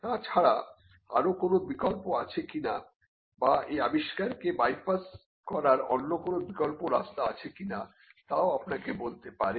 তাছাড়া আরো কোনো বিকল্প আছে কিনা বা এই আবিষ্কার কে বাইপাস করার অন্য কোন বিকল্প রাস্তা আছে কিনা তাও আপনাকে বলতে পারে